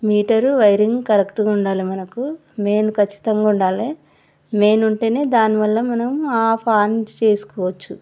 metre wiring కరెక్టుగా ఉండాలి మనకు మెయిన్ ఖచ్చితంగా ఉండాలి మెయిన్ ఉంటే దాని వల్ల మనం ఆఫ్ ఆన్ చేసుకోవచ్చు